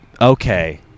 okay